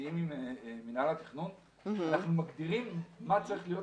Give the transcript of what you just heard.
מוציאים עם מינהל התכנון אנחנו מגדירים מה צריכה להיות